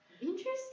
Interesting